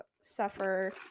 suffer